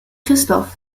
christoph